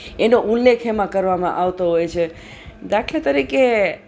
એનો ઉલ્લેખ એમાં કરવામાં આવતો હોય છે દાખલા તરીકે